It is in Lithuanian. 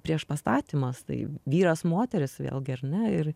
priešpastatymas tai vyras moteris vėlgi ar ne ir